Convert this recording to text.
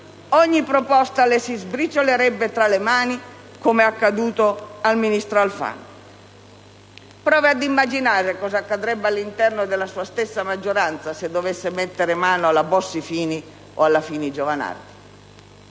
ogni proposta le si sbriciolerebbe tra le mani, come accaduto al ministro Alfano (provi ad immaginare cosa accadrebbe all'interno della sua stessa maggioranza, se dovesse mettere mano alla Bossi-Fini o alla Fini-Giovanardi);